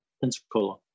Pensacola